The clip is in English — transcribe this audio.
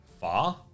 far